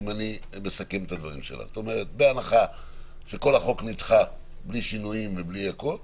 אם אני מסכם את הדברים שלך: בהנחה שכל החוק נדחה בלי שינויים ובלי הכול,